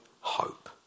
hope